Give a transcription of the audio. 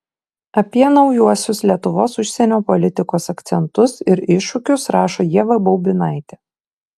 apie naujuosius lietuvos užsienio politikos akcentus ir iššūkius rašo ieva baubinaitė